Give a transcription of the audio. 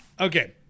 okay